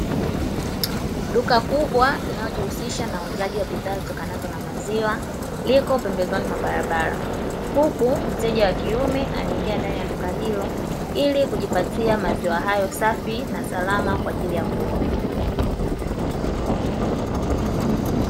Duka kubwa linalojihusisha na uuzaji na bidhaa za maziwa liko pembezoni mwa barabara, huku mteja wa kiume anaingia ndani ya duka hilo ili kujipatia maziwa hayo safi na salama kwaajili ya kunywa.